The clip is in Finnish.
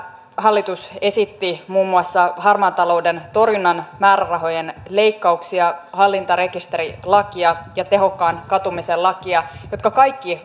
hallitus esitti muun muassa harmaan talouden torjunnan määrärahojen leikkauksia hallintarekisterilakia ja tehokkaan katumisen lakia jotka kaikki